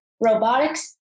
robotics